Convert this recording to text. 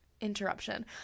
interruption